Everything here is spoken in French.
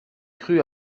crut